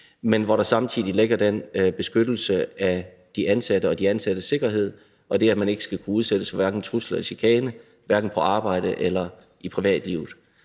med at der ligger den beskyttelse af de ansatte og de ansattes sikkerhed, i forhold til at man ikke skal kunne udsættes for hverken trusler eller chikane hverken på arbejdet eller i privatlivet.